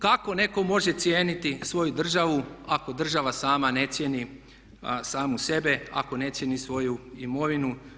Kako netko može cijeniti svoju državu ako država sama ne cijeni samu sebe, ako ne cijeni svoju imovinu?